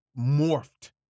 morphed